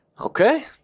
Okay